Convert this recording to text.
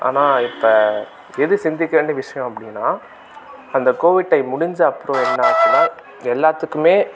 ஆனால் இப்போ எது சிந்திக்க வேண்டிய விஷயம் அப்படின்னா அந்த கோவிட் டைம் முடிஞ்ச அப்றம் என்னாச்சுன்னா எல்லாத்துக்குமே